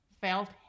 felt